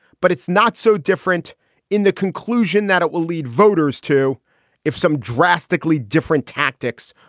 but it's not so different in the conclusion that it will lead voters to if some drastically different tactics.